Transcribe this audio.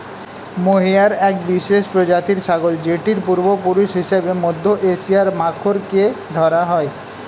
mohair এক বিশেষ প্রজাতির ছাগল যেটির পূর্বপুরুষ হিসেবে মধ্য এশিয়ার মাখরকে ধরা হয়